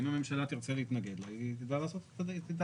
אם הממשלה תרצה להתנגד לה, היא תדע לעשות.